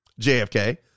JFK